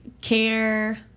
care